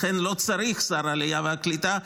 לכן לא צריך שר עלייה וקליטה.